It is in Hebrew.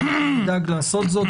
ואנחנו נדאג לעשות זאת,